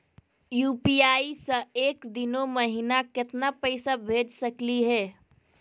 UPI स एक दिनो महिना केतना पैसा भेज सकली हे?